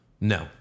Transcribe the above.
No